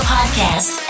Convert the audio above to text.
Podcast